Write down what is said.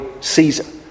Caesar